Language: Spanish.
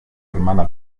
hermana